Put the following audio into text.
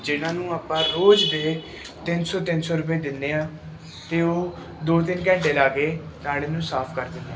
ਜਿਨ੍ਹਾਂ ਨੂੰ ਆਪਾ ਰੋਜ਼ ਦੇ ਤਿੰਨ ਸੌ ਤਿੰਨ ਸੌ ਰੁਪਏ ਦਿੰਦੇ ਹਾਂ ਅਤੇ ਉਹ ਦੋ ਤਿੰਨ ਘੰਟੇ ਲਾ ਕੇ ਨਾਲੇ ਨੂੰ ਸਾਫ ਕਰ ਦਿੰਦੇ